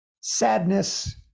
sadness